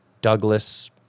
Douglas